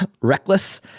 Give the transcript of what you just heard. reckless